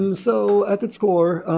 um so at its core,